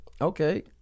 okay